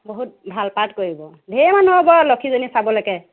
বহুত ভাল পাৰ্ট কৰিব ধেৰ মানুহ হ'ব লক্ষীজনীক চাবলেকৈ